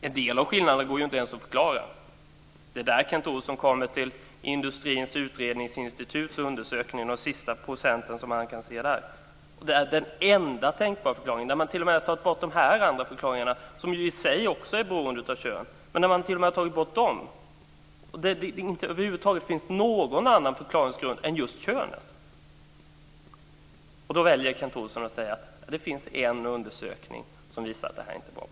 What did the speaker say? En del av skillnaderna går ju inte ens att förklara. Det är därför Kent Olsson kommer till Industriens utredningsinstituts undersökning och de sista procenten som man kan se där. När man t.o.m. har tagit bort de här andra förklaringarna, som i sig också är beroende av kön, och det över huvud taget inte finns någon annan förklaringsgrund än just könet, då väljer Kent Olsson att säga att det finns en undersökning som visar att det här inte är bra.